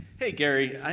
hey gary,